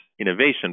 innovation